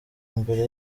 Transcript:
imbere